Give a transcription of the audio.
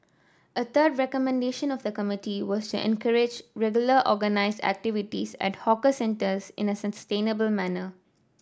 a third recommendation of the committee was to encourage regular organised activities at hawker centres in a sustainable manner